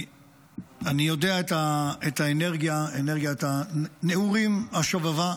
אני יודע את האנרגיה, אנרגיית הנעורים השובבה,